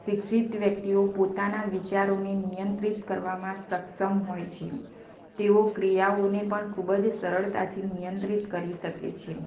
શિક્ષિત વ્યક્તિઓ પોતાના વિચારોને નિયંત્રિત કરવામાં સક્ષમ હોય છે તેઓ ક્રિયાઓને પણ ખૂબ જ સરળતાથી નિયંત્રિત કરી શકે છે